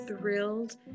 thrilled